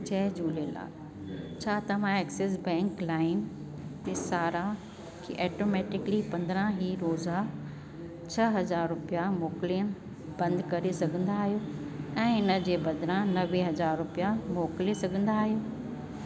जय झूलेलाल छा तव्हां Axis Bank लाइम ते सारा खे ऑटोमैटिकली पंद्रहीं रोज़ा छह हज़ार रुपिया मोकिलण बंदि करे सघंदा आहियो ऐं इन जे बदिरां नवे हज़ार रुपिया मोकिले सघंदा आहियो